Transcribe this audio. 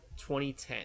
2010